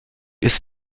ist